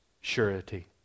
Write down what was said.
surety